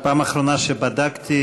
פעם אחרונה שבדקתי,